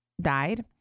died